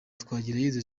twagirayezu